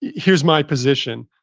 here's my position.